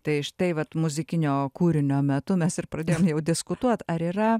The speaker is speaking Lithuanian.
tai štai vat muzikinio kūrinio metu mes ir pradėjom jau diskutuot ar yra